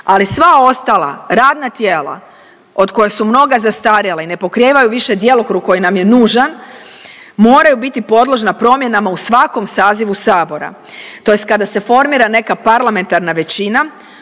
Ali sva ostala radna tijela od koja su mnoga zastarjela i ne pokrivaju više djelokrug koji nam je nužan moraju biti podložna promjenama u svakom sazivu Sabora, tj. kada se formira neka parlamentarna većina